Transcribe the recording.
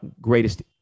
greatest